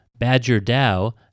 BadgerDAO